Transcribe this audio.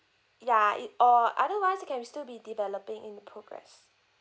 ya it or otherwise it can be still be developing in the progress